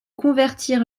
convertir